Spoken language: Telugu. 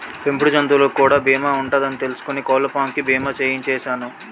పెంపుడు జంతువులకు కూడా బీమా ఉంటదని తెలుసుకుని కోళ్ళపాం కి బీమా చేయించిసేను